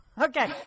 Okay